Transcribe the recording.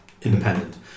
independent